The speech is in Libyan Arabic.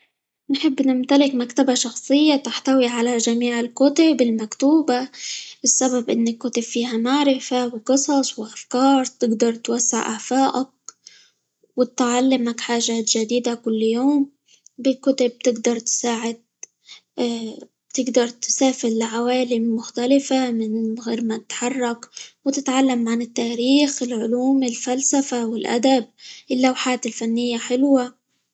نحب نمتلك مكتبة شخصية تحتوي على جميع الكتب المكتوبة؛ السبب إن الكتب فيها معرفة، وقصص، وأفكار تقدر توسع آفائك، وتعلمك حاجات جديدة كل يوم، بالكتب -تقدر تساعد- تقدر تسافر لعوالم مختلفة من غير ما تتحرك، وتتعلم عن التاريخ، العلوم، الفلسفة، والأدب، اللوحات الفنية حلوة.